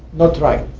not right,